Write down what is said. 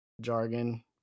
jargon